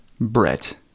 Brett